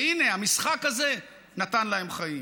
והינה, המשחק הזה נתן להם חיים.